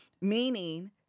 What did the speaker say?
Meaning